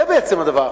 זה בעצם הדבר החשוב.